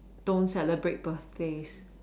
don't celebrate birthdays